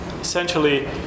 essentially